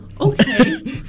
okay